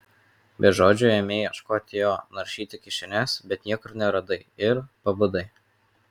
be žodžių ėmei ieškoti jo naršyti kišenes bet niekur neradai ir pabudai